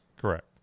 correct